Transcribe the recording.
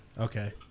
Okay